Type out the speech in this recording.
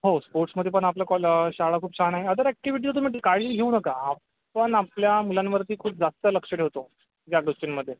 हो स्पोर्ट्समध्ये पण आपला कॉल शाळा खूप छान आहे अदर ॲक्टीविटी तुम्ही काहीही घेऊ नका आपण आपल्या मुलांवरती खूप जास्त लक्ष ठेवतो या गोष्टींमध्ये